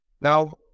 Now